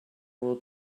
will